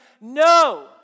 No